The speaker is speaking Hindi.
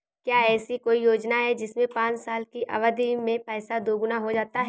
क्या ऐसी कोई योजना है जिसमें पाँच साल की अवधि में पैसा दोगुना हो जाता है?